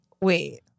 Wait